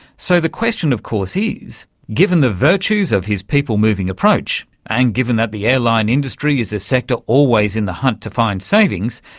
so the question of course is, given the virtues of his people-moving approach and given that the airline industry is a sector always in the hunt to find savings,